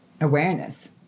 awareness